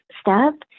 step